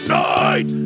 night